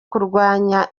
kurwanya